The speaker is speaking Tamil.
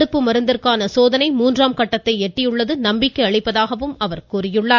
தடுப்பு மருந்திற்கான சோதனை மூன்றாம் கட்டத்தை எட்டியுள்ளது நம்பிக்கை அளிப்பதாக கூறினார்